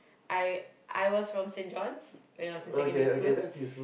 I I was from Saint John's when I was in secondary school